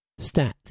Stats